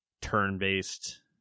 turn-based